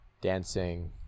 Dancing